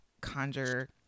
conjure